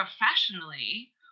professionally